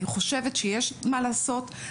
אני חושבת שיש מה לעשות,